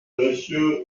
monsieur